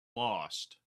lost